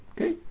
Okay